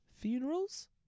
funerals